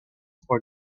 for